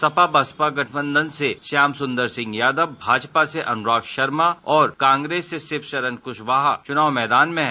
सपा बसपा गठबंधन से श्याम सुन्दर सिंह यादव भाजपा से अनुराग शर्मा और कांग्रेस से शिव शरण कुशवाहा चुनाव मैदान में हैं